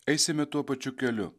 eisime tuo pačiu keliu